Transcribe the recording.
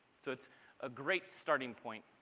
so it's a great starting point